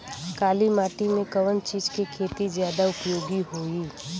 काली माटी में कवन चीज़ के खेती ज्यादा उपयोगी होयी?